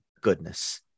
goodness